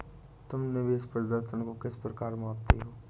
तुम निवेश प्रदर्शन को किस प्रकार मापते हो?